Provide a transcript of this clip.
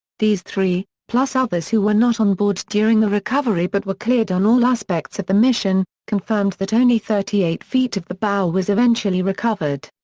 these three, plus others who were not on board during the recovery but were cleared on all aspects of the mission, confirmed that only thirty eight feet of the bow was eventually recovered.